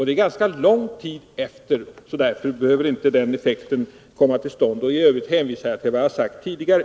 Det sker ganska lång tid i efterhand, och därför behöver inte den av er befarade effekten uppstå. I övrigt hänvisar jag till vad jag har sagt Nr 54 tidigare.